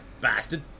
bastard